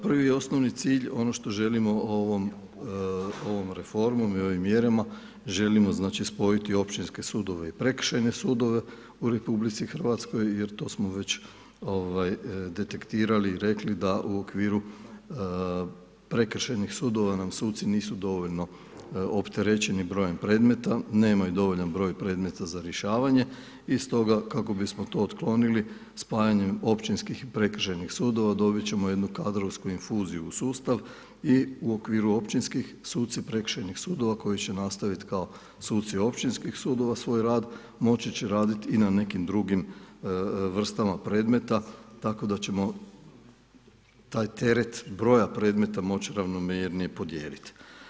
Prvi i osnovni cilj, ono što želimo ovom reformom i ovim mjerama želimo znači spojiti općinske sudove i prekršajne sudove u RH jer to smo već detektirali, rekli da u okviru prekršajnih sudova nam suci nisu dovoljno opterećeni brojem predmeta, nemaju dovoljan broj predmeta za rješavanje i stoga kako bismo to otklonili spajanjem općinskih i prekršajnih sudova dobiti ćemo jednu kadrovsku infuziju u sustav i u okviru općinskih, suci prekršajnih sudova koji će nastaviti kao suci općinskih sudova svoj rad moći će raditi i na nekim drugim vrstama predmeta tako da ćemo taj teret broja predmeta moći ravnomjernije podijeliti.